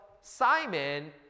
Simon